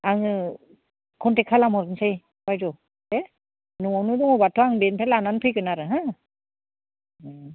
आङो कन्टेक्ट खालामहरनोसै बायद' देह न'आवनो दङबाथ' आं बेनिफ्राय लाना फैगोन आरो हा